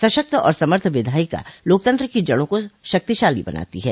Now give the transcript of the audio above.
सशक्त और समर्थ विधायिका लोकतंत्र की जड़ों को शक्तिशाली बनाती है